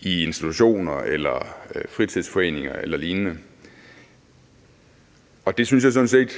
i institutioner eller fritidsforeninger eller lignende, og det synes jeg sådan set